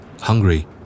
hungry